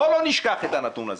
בל נשכח את הנתון הזה: